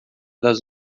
das